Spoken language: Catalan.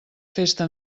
festa